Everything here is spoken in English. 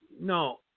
no